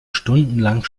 stundenlang